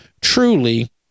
truly